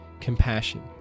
compassion